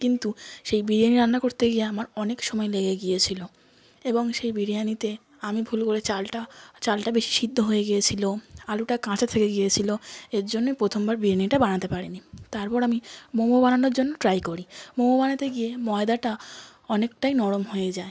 কিন্তু সেই বিরিয়ানি রান্না করতে গিয়ে আমার অনেক সময় লেগে গিয়েছিলো এবং সেই বিরিয়ানিতে আমি ভুল করে চালটা চালটা বেশি সিদ্ধ হয়ে গিয়েছিলো আলুটা কাঁচা থেকে গিয়েছিলো এর জন্যে প্রথম বার বিরিয়ানিটা বানাতে পারিনি তারপর আমি মোমো বানানোর জন্য ট্রাই করি মোমো বানাতে গিয়ে ময়দাটা অনেকটাই নরম হয়ে যায়